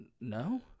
No